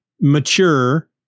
mature